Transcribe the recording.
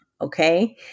Okay